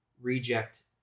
reject